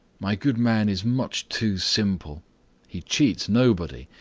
my good man is much too simple he cheats nobody,